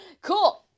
Cool